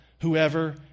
whoever